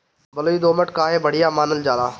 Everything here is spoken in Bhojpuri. बलुई दोमट काहे बढ़िया मानल जाला?